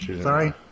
sorry